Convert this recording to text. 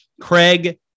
Craig